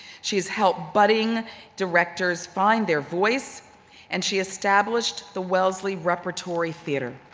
she's helped budding directors find their voice and she established the wellesley repertory theater.